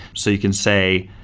so you can say,